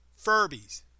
Furbies